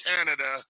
Canada